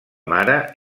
mare